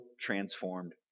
transformed